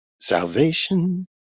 salvation